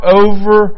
over